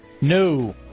No